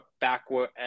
backward